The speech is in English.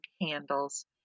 handles